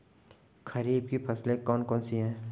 खरीफ की फसलें कौन कौन सी हैं?